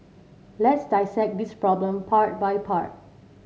let's dissect this problem part by part